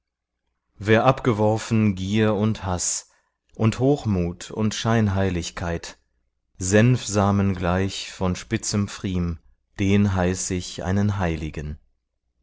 wer abgeworfen gier und haß und hochmut und scheinheiligkeit senfsamen gleich von spitzem pfriem den heiß ich einen heiligen